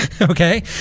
okay